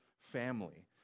family